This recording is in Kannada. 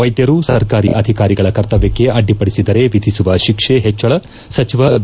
ವೈದ್ದರು ಸರ್ಕಾರಿ ಅಧಿಕಾರಿಗಳ ಕರ್ತವ್ಯಕ್ಷೆ ಅಡ್ಡಿಪಡಿಸಿದರೆ ವಿಧಿಸುವ ಶಿಕ್ಷೆ ಹೆಚ್ಚಳ ಸಚಿವ ಬಿ